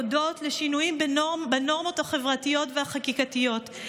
הודות לשינויים בנורמות החברתיות והחקיקתיות.